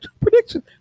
Prediction